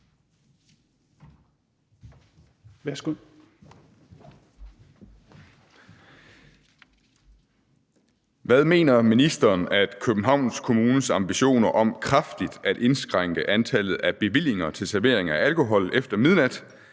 Hvad mener ministeren at Københavns Kommunes ambitioner om kraftigt at indskrænke antallet af bevillinger til servering af alkohol efter midnat